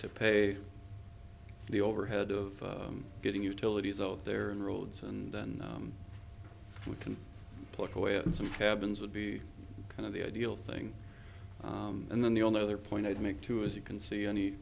to pay the overhead of getting utilities out there and roads and then we can put away in some cabins would be kind of the ideal thing and then the only other point i'd make too is you can see any